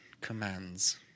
commands